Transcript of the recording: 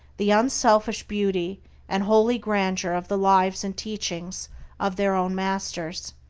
the unselfish beauty and holy grandeur of the lives and teachings of their own masters.